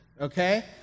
okay